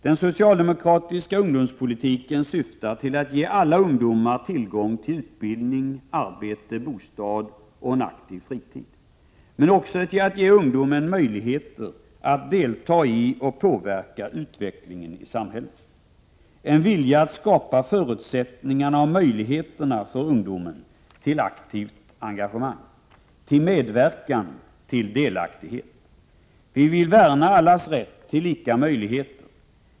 Den socialdemokratiska ungdomspolitiken syftar till att ge alla ungdomar tillgång till utbildning, arbete, bostad och en aktiv fritid, men också till att ge ungdomen möjligheter att delta i och påverka utvecklingen i samhället. Den är uttryck för en vilja att skapa förutsättningar och möjligheter för ungdomen till aktivt engagemang, till medverkan och till delaktighet. Vi vill värna allas rätt till lika möjligheter.